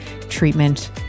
treatment